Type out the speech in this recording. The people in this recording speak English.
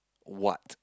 what